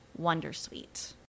wondersuite